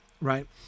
right